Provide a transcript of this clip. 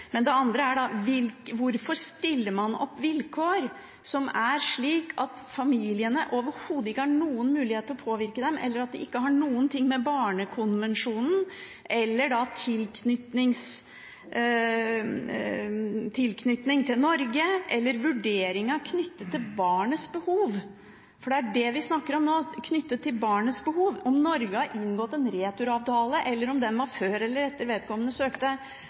men det andre er da: Hvorfor stiller man opp vilkår som er slik at familiene overhodet ikke har noen mulighet til å påvirke dem, eller at de ikke har noe med Barnekonvensjonen eller tilknytning til Norge eller vurderinger knyttet til barnets behov å gjøre? For det er det vi snakker om nå – knyttet til barnets behov. Om Norge har inngått en returavtale, eller om den ble inngått før eller etter vedkommende søkte